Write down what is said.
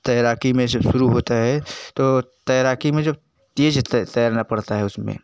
तैराकी मैच जब शुरू होता है तैराकी में जब तेज़ तैरना पड़ता है उसमें